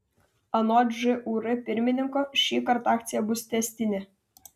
anot žūr pirmininko šįkart akcija bus tęstinė